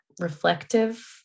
reflective